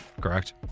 correct